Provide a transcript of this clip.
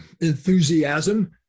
enthusiasm